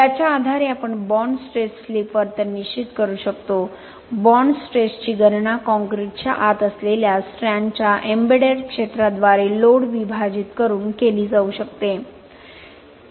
याच्या आधारे आपण बॉण्ड स्ट्रेस स्लिप वर्तन निश्चित करू शकतो बॉण्ड स्ट्रेसची गणना कॉंक्रिटच्या आत असलेल्या स्ट्रँडच्या एम्बेडेड क्षेत्राद्वारे लोड विभाजित करून केली जाऊ शकते